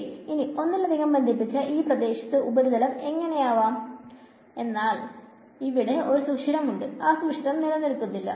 ശെരി ഇനി ഒന്നിലധികം ബന്ധിപ്പിച്ച ഈ പ്രദേശത്തു ഉപരിതലം ഇങ്ങനെ ആവാം എന്നാൽ ഇവിടെ ഒരു സുഷിരം ഉണ്ട് ആ സുഷിരം നിലനിൽക്കുന്നില്ല